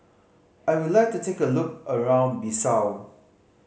I would like to take a look around Bissau